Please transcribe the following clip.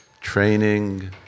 training